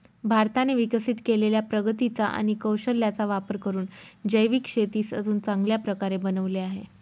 भारताने विकसित केलेल्या प्रगतीचा आणि कौशल्याचा वापर करून जैविक शेतीस अजून चांगल्या प्रकारे बनवले आहे